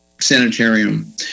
Sanitarium